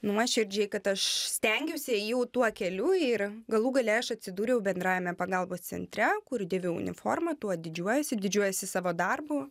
nuoširdžiai kad aš stengiausi ėjau tuo keliu ir galų gale aš atsidūriau bendrajame pagalbos centre kur dėviu uniformą tuo didžiuojuosi didžiuojuosi savo darbu